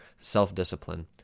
self-discipline